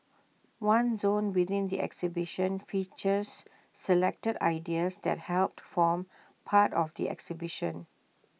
one zone within the exhibition features selected ideas that helped form part of the exhibition